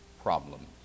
problems